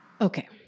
Okay